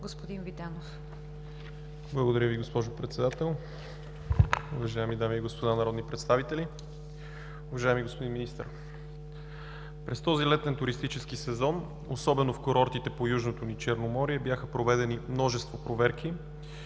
за България): Благодаря Ви, госпожо Председател. Уважаеми дами и господа народни представители, уважаеми господин Министър! През този летен туристически сезон особено в курортите по южното ни Черноморие бяха проведени множество проверки